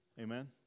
Amen